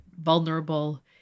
vulnerable